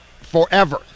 forever